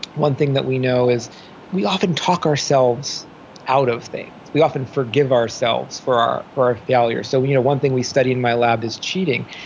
one thing that we know is we often talk ourselves out of things. we often forgive ourselves for our for our failures. so you know one thing we studied in my lab is cheating.